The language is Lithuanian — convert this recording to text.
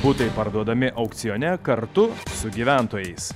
butai parduodami aukcione kartu su gyventojais